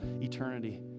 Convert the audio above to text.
eternity